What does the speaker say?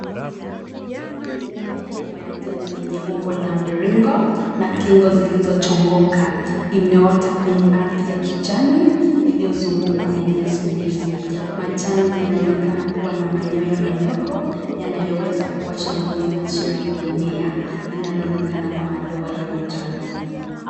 Mimea ya majani yenye umbo la mviringo na kingo zilizochongoka; imeota kwenye ardhi ya kijani iliyozungukwa na nyasi ndefu. Majani yanaonekana kuwa na manyoya madogo, yanayoweza kuwasha ngozi na shina la mimea linaloonekana kwa madoa ya manjano.